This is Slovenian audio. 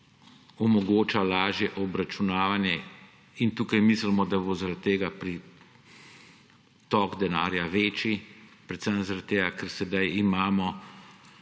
omogoča lažje obračunavanje. Tukaj mislimo, da bo zaradi tega pritok denarja večji, predvsem zaradi tega, ker sedaj imamo